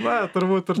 na turbūt ir